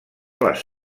les